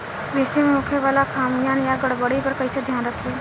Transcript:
कृषि में होखे वाला खामियन या गड़बड़ी पर कइसे ध्यान रखि?